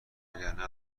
وگرنه